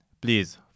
Please